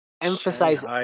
emphasize